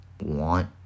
want